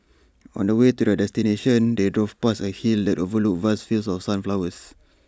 on the way to their destination they drove past A hill that overlooked vast fields of sunflowers